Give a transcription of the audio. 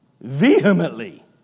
Vehemently